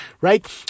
right